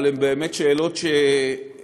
אבל הן באמת שאלות אינפורמטיביות.